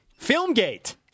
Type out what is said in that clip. Filmgate